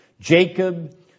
Jacob